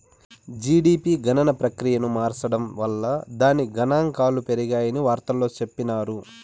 GDP గణన ప్రక్రియను మార్సడం వల్ల దాని గనాంకాలు పెరిగాయని వార్తల్లో చెప్పిన్నారు